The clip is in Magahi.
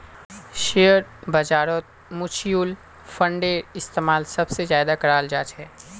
शेयर बाजारत मुच्युल फंडेर इस्तेमाल सबसे ज्यादा कराल जा छे